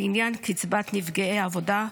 לעניין קצבת נפגעי עבודה,